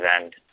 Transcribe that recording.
end